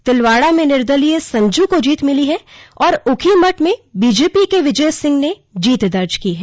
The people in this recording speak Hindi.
तिलवाडा में निर्दलीय संजू को जीत मिली है और ऊखीमठ में बीजेपी के विजय सिंह ने जीत दर्ज की है